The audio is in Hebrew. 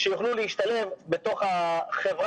שיוכלו להשתלב בחברה.